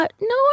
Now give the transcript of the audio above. No